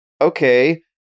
okay